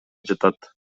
жатат